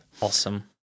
Awesome